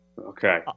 Okay